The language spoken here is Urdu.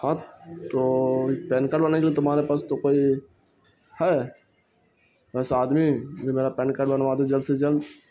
ہاں تو پین کارڈ بننے کے لیے تمہارے پاس تو کوئی ہے ویسے آدمی یہ میرا پین کارڈ بنوا دے جلد سے جلد